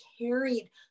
carried